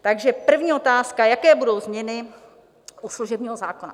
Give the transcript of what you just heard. Takže první otázka: Jaké budou změny u služebního zákona?